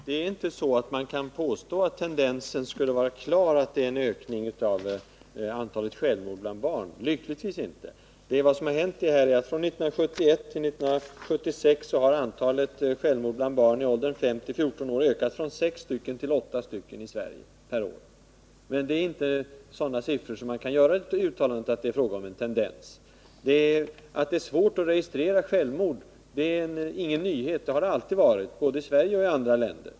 Herr talman! Lyckligtvis kan man inte påstå att det finns en klar tendens till ökning av antalet självmord bland barn. Vad som har hänt är att från 1971 till 1976 har antalet självmord bland barn i åldern 5-14 år i Sverige ökat från sex stycken per år till åtta stycken per år. Siffrorna är inte sådana, att man kan hävda att det är fråga om en tendens. Att det är svårt att registrera självmord är ingen nyhet — det har alltid varit svårt både i Sverige och i andra länder.